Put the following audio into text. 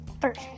first